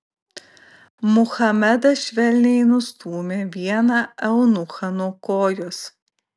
muhamedas švelniai nustūmė vieną eunuchą nuo kojos